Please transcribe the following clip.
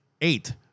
eight